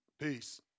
Peace